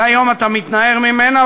שהיום אתה מתנער ממנה,